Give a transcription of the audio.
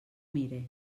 mire